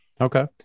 Okay